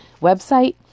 website